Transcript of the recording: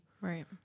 Right